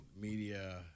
media